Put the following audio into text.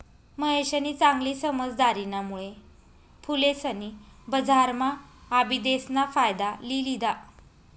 महेशनी चांगली समझदारीना मुळे फुलेसनी बजारम्हा आबिदेस ना फायदा लि लिदा